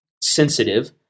sensitive